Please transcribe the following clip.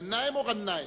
גנאים או ע'נאים?